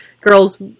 girls